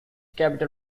capital